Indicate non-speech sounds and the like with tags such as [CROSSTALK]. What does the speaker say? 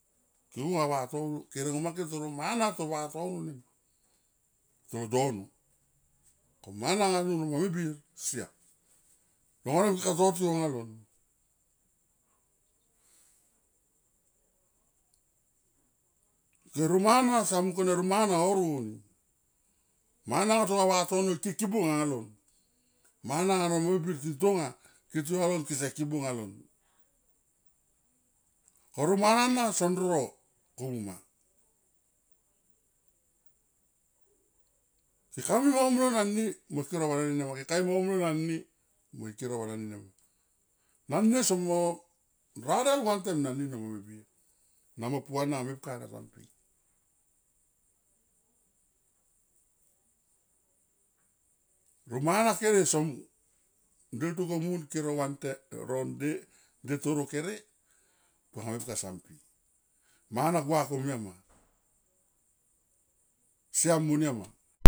Ke mung a vatono ke ringo ma ke toro mana ato vatono, tolo dono, ko mana nga tolo manga me bir siam, long vanem keka to tiou anga lon. Ke ro mana sa mung kon ro mana horo ni mana nga to vatono ke kibung anga lon mana no manga me bir tintonga ke tiou along kese kibung alon ko ro mana son ro komu ma, ke ka mui mo mlo nani mo ker o va nani ma ke kai mo mlo va nani, mui ker o va nani ma. Nane somo radel vantem nani no manga me bir namo puana mepka na san pi, ro mana kere son deltu komun kero vantem ro nde [HESITATION] toro kere puanga mepka sonpi mana gua komia ma siam monia ma.